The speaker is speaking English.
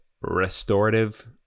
restorative